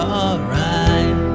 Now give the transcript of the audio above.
alright